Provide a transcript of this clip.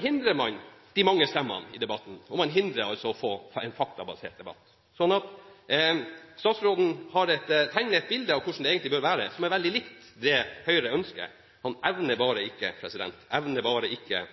– hindrer man de mange stemmene i debatten, og man hindrer altså at man får en faktabasert debatt. Så statsråden tegner et bilde av hvordan det egentlig bør være, som er veldig likt det som Høyre ønsker. Han evner bare ikke